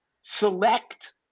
select